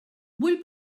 vull